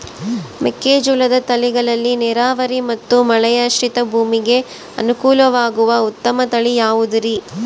ಮೆಕ್ಕೆಜೋಳದ ತಳಿಗಳಲ್ಲಿ ನೇರಾವರಿ ಮತ್ತು ಮಳೆಯಾಶ್ರಿತ ಭೂಮಿಗೆ ಅನುಕೂಲವಾಗುವ ಉತ್ತಮ ತಳಿ ಯಾವುದುರಿ?